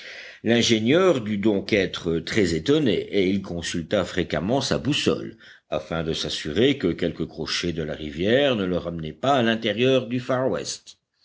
l'ingénieur dut donc être très étonné et il consulta fréquemment sa boussole afin de s'assurer que quelque crochet de la rivière ne le ramenait pas à l'intérieur du